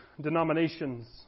denominations